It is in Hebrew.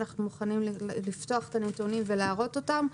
אנחנו מוכנים לפתוח את הנתונים ולהראות אותם.